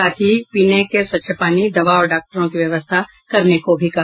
साथ ही पीने के स्वच्छ पानी दवा और डॉक्टरों की व्यवस्था करने को भी कहा